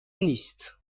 نیست